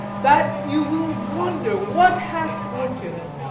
that you will wonder what hath fortuned.